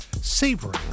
savoring